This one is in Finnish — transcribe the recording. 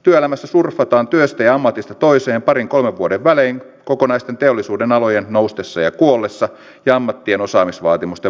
työelämässä surffataan työstä ja ammatista toiseen parin kolmen vuoden välein kokonaisten teollisuudenalojen noustessa ja kuollessa ja ammattien osaamisvaatimusten muuttuessa